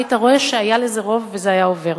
היית רואה שהיה לזה רוב וזה היה עובר.